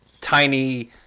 tiny